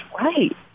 right